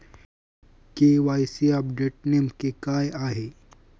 KYC update नेमके काय आहे?